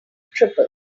triple